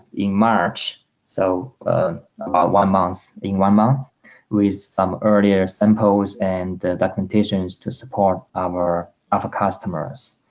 in march so about one month in one month with some earlier samples and documentation to support our other customers